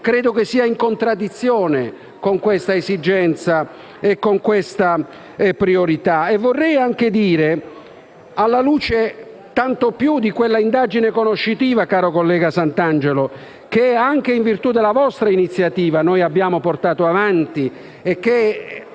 missione è in contraddizione con questa esigenza e con questa priorità. Vorrei anche dire, tanto più alla luce di quella indagine conoscitiva, caro collega Santangelo, che anche in virtù della vostra iniziativa abbiamo portato avanti e che